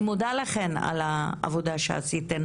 אני מודה לכן על העבודה החשובה שעשיתן